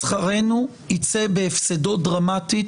שכרנו יצא בהפסדו דרמטית,